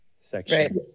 section